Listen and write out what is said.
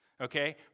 okay